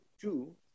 two